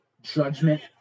judgment